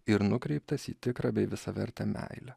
ir nukreiptas į tikrą bei visavertę meilę